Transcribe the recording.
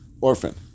orphan